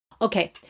Okay